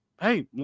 hey